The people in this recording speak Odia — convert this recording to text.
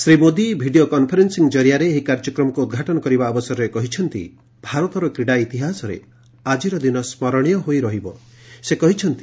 ଶ୍ରୀ ମୋଦୀ ଭିଡ଼ିଓ କନଫରେନ୍ପିଂ ଜରିଆରେ ଏହି କାର୍ଯ୍ୟକ୍ରମକୁ ଉଦ୍ଘାଟନ କରିବା ଅବସରରେ କହିଛନ୍ତି ଭାରତର କ୍ରୀଡ଼ା ଇତିହାସରେ ଆଜିର ଦିନ ସ୍କରଣୀୟ ହୋଇ ରହିଛି